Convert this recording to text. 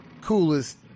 coolest